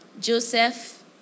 Joseph